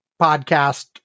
podcast